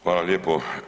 Hvala lijepo.